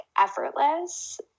effortless